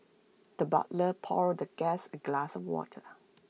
the butler poured the guest A glass of water